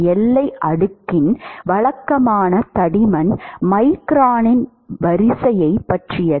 எல்லை அடுக்கின் வழக்கமான தடிமன் மைக்ரானின் வரிசையைப் பற்றியது